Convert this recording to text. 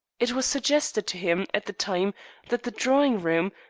it was suggested to him at the time that the drawing-room,